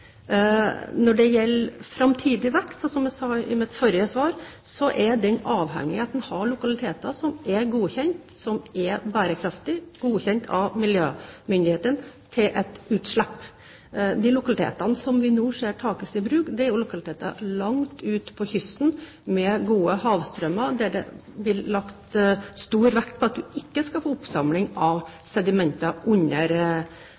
Når det gjelder framtidig vekst, så er den – som jeg sa i mitt forrige svar – avhengig av at en har lokaliteter som er bærekraftige, og som er godkjent av miljømyndighetene for et utslipp. De lokalitetene som vi nå ser tas i bruk, er lokaliteter langt ute på kysten, med gode havstrømmer, og der det blir lagt stor vekt på at vi ikke skal få oppsamling av sedimenter under